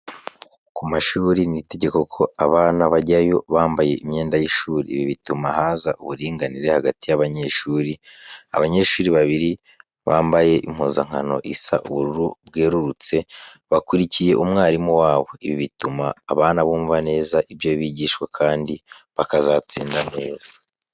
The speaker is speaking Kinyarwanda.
Ku mashuri ni itegeko ko abana bajyayo bambaye imyenda y'ishuri, ibi bituma haza uburinganire hagati y'abanyeshuri, abanyeshuri babiri bampaye impuzankano isa ubururu bwerurutse, bakurikiye umwarimu wabo, ibi bituma abana bumva neza ibyo bigishwa kandi bakazatsinda neza.